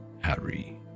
Harry